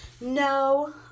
no